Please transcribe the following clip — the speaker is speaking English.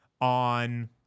on